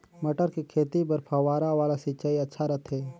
मटर के खेती बर फव्वारा वाला सिंचाई अच्छा रथे?